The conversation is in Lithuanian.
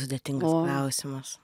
sudėtingas klausimas